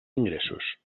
ingressos